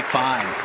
fine